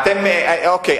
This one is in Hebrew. אוקיי.